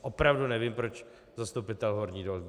Opravdu nevím, proč zastupitel Horní Dolní.